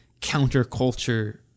counterculture